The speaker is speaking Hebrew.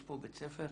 יש פה בית ספר,